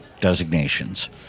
designations